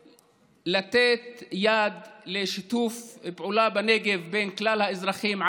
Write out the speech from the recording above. לתת יד לשיתוף פעולה בנגב בנושא הזה בין כלל האזרחים,